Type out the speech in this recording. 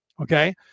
Okay